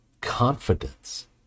confidence